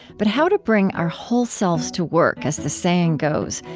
but how to bring our whole selves to work, as the saying goes,